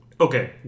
Okay